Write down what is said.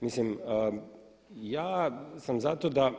Mislim, ja sam za to da